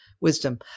wisdom